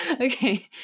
Okay